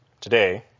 today